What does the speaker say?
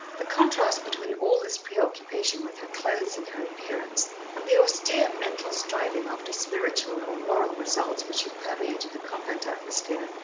the contrast between all this preoccupation with her clothes and her appearance, and the austere mental striving after spiritual or moral results which had permeated the convent atmosphere,